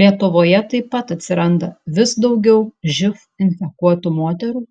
lietuvoje taip pat atsiranda vis daugiau živ infekuotų moterų